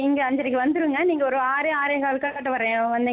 okay நீங்கள் எதுவும் apply பண்ணிங்களா அதில்